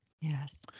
Yes